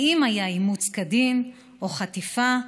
האם היה אימוץ כדין או חטיפה?